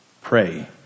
pray